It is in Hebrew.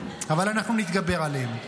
אבל אנחנו נתגבר עליהם.